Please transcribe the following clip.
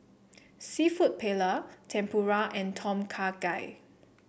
seafood Paella Tempura and Tom Kha Gai